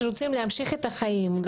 שרוצים להמשיך את החיים האלה,